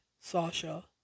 Sasha